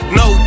no